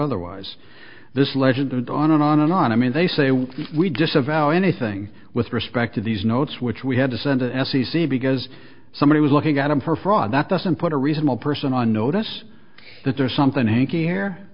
otherwise this legend and on and on and on i mean they say we disavow anything with respect to these notes which we had to send an f c c because somebody was looking at them for fraud that doesn't put a reasonable person on notice that there's something hanky